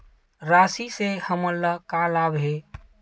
राशि से हमन ला का लाभ हे?